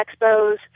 expos